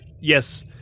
yes